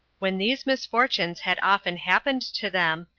when these misfortunes had often happened to them,